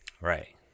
Right